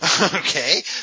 Okay